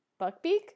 Buckbeak